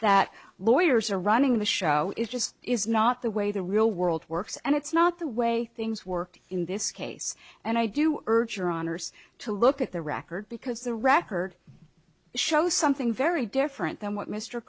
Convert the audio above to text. that lawyers are running the show is just is not the way the real world works and it's not the way things worked in this case and i do urge your honour's to look at the record because the record shows something very different than what mr